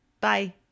Bye